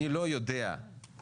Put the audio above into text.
אני לא יודע במה מדובר.